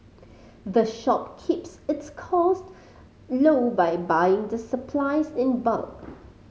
the shop keeps its cost low by buying the supplies in bulk